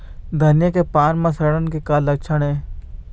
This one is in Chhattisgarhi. धनिया के पान म सड़न के का लक्षण ये?